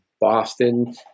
Boston